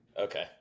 Okay